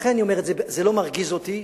לכן אני אומר: זה לא מרגיז אותי,